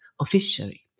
officially